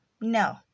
No